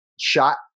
shot